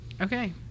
Okay